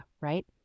right